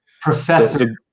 Professor